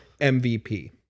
MVP